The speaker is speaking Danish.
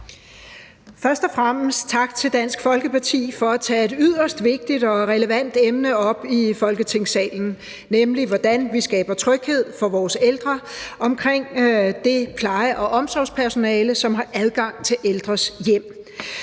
Først og fremmest tak til Dansk Folkeparti for at tage et yderst vigtigt og relevant emne op i Folketingssalen, nemlig hvordan vi skaber tryghed for vores ældre omkring det pleje- og omsorgspersonale, som har adgang til ældres hjem.